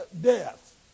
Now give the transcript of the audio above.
death